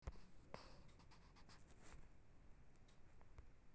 टका घुरेबाक संशोधित कैल अंदर के दर निवेश बढ़ेबाक लेल एकटा उपाय छिएय